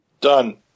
Done